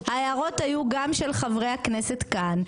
אז ההערות היו גם של חברי הכנסת כאן.